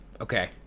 okay